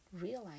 realize